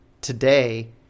today